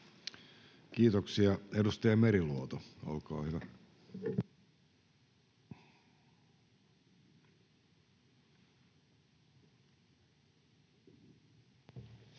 Kiitoksia. — Edustaja Meriluoto, olkaa hyvä.